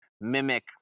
mimic